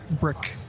brick